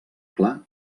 clar